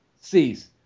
Cease